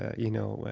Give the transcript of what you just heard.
you know.